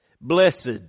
Blessed